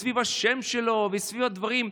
סביב השם שלו וסביב הדברים,